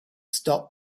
stop